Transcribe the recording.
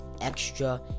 extra